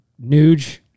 Nuge